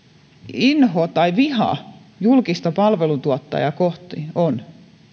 inho tai viha julkista palveluntuottajaa kohtaan on